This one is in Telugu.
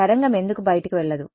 తరంగం ఎందుకు బయటకు వెళ్ళదు